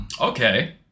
okay